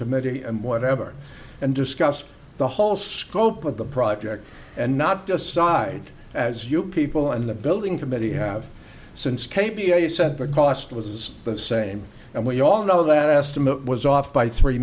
committee and whatever and discussed the whole scope of the project and not just side as you people in the building committee have since k b r you said their cost was the same and we all know that estimate was off by three